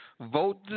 Vote